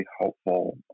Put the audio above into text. helpful